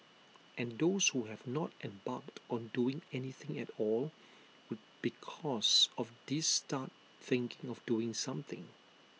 and those who have not embarked on doing anything at all would because of this start thinking of doing something